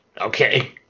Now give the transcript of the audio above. Okay